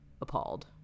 appalled